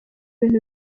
bintu